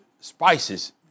spices